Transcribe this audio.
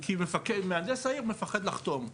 כי מהנדס העיר מפחד לחתום.